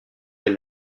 est